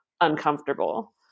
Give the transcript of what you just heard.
uncomfortable